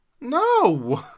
No